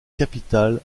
capitale